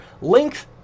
length